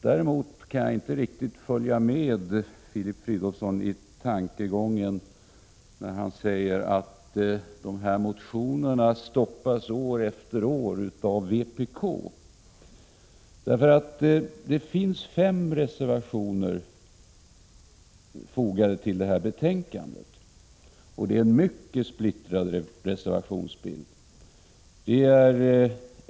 Däremot kan jag inte riktigt följa med Filip Fridolfsson i tankegången när han säger att dessa motioner år efter år stoppas av vpk. Det finns fem reservationer fogade till betänkandet. Det är en mycket splittrad reservationsbild.